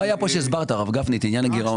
הוא לא היה פה כשהסברת את עניין הגירעון.